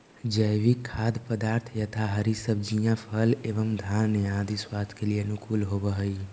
जैविक खाद्य पदार्थ यथा हरी सब्जियां फल एवं धान्य आदि स्वास्थ्य के अनुकूल होव हई